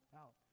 out